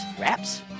wraps